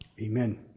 Amen